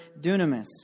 dunamis